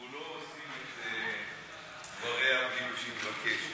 אנחנו לא עושים את דבריה בלי שהיא מבקשת,